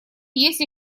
еще